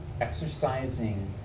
Exercising